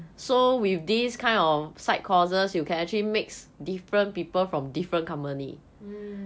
mm